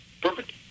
Perfect